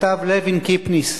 כתב לוין קיפניס